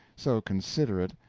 so considerate,